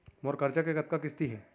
मोर करजा के कतका किस्ती हे?